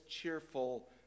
cheerful